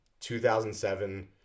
2007